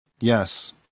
yes